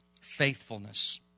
Faithfulness